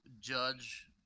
judge